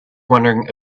wondering